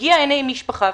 מגיע הנה עם משפחה,